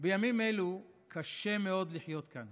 בימים אלה קשה מאוד לחיות כאן.